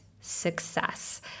success